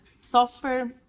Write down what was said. software